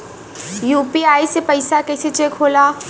UPI से पैसा कैसे चेक होला?